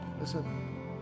listen